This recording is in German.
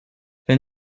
wenn